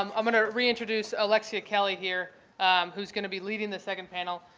um going to reintroduce alexia kelley here who is going to be leading the second panel.